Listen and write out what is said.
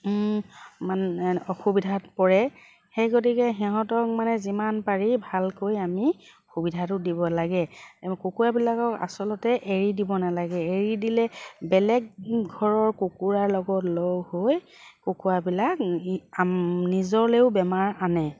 মানে অসুবিধাত পৰে সেই গতিকে সিহঁতক মানে যিমান পাৰি ভালকৈ আমি সুবিধাটো দিব লাগে কুকুৰাবিলাকক আচলতে এৰি দিব নালাগে এৰি দিলে বেলেগ ঘৰৰ কুকুৰাৰ লগত লগ হৈ কুকুৰাবিলাকে নিজলেও বেমাৰ আনে